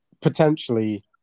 potentially